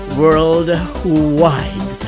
worldwide